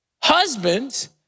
Husbands